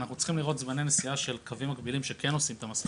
אנחנו צריכים לראות זמני נסיעה של קווים מקבילים שכן עושים את המסלול.